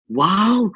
wow